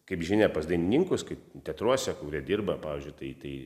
kaip žinia pas dainininkus kaip teatruose kur jie dirba pavyzdžiui tai tai